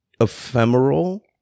ephemeral